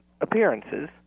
appearances